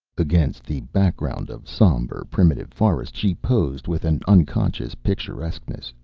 against the background of somber, primitive forest she posed with an unconscious picturesqueness,